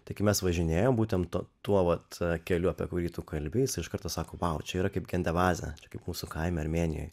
tai kai mes važinėjom būtent tuo vat keliu apie kurį tu kalbi jis iš karto sako wow čia yra kaip kendevazė ir kaip mūsų kaime armėnijoj